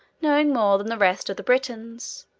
knowing more than the rest of the britons,